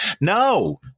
No